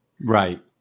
right